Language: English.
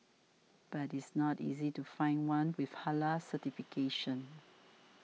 but it's not easy to find one with Halal certification